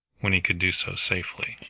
when he could do so safely.